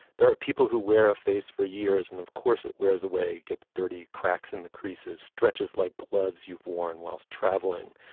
there are people who wear a face for years and of course it wears away at thirty. cracks in the creases stretches like plugs you've worn whilst travelling.